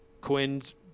Quinn's